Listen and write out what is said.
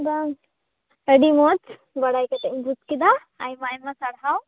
ᱵᱟᱝ ᱟ ᱰᱤ ᱢᱚᱡᱽ ᱵᱟᱰᱟᱭ ᱠᱟᱛᱮᱫ ᱤᱧ ᱵᱩᱡᱽ ᱠᱮᱫᱟ ᱟᱭᱢᱟ ᱟᱭᱢᱟ ᱥᱟᱨᱦᱟᱣ